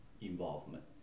involvement